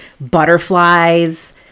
Butterflies